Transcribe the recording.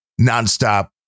nonstop